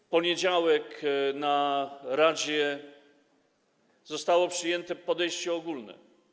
W poniedziałek w Radzie zostało przyjęte podejście ogólne.